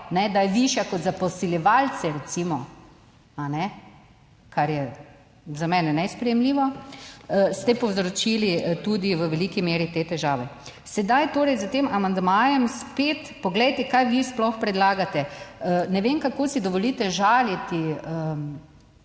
da je višja kot za posiljevalce recimo, a ne, kar je za mene nesprejemljivo, ste povzročili tudi v veliki meri te težave. Sedaj torej s tem amandmajem spet, poglejte, kaj vi sploh predlagate. Ne vem, kako si dovolite žaliti